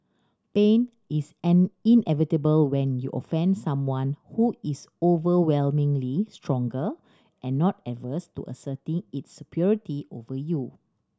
pain is an inevitable when you offend someone who is overwhelmingly stronger and not averse to asserting its superiority over you